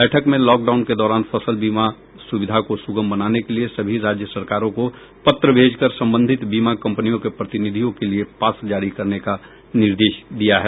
बैठक में लॉकडाउन के दौरान फसल बीमा सुविधा को सुगम बनाने के लिए सभी राज्य सरकारों को पत्र भेजकर संबंधित बीमा कंपनियों के प्रतिनिधियों के लिए पास जारी करने का निर्देश दिया है